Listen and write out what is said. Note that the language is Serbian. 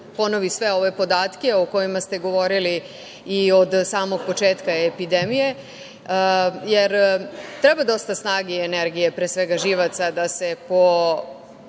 ponovi sve ove podatke o kojima ste govorili i od samog početka epidemije. Treba dosta snage i energije, pre svega živaca da se po